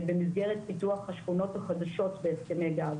במסגרת פיתוח השכונות החדשות בהסכמי דר.